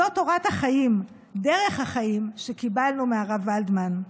זאת תורת החיים, דרך החיים שקיבלנו מהרב ולדמן.